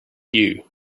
you